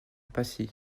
passy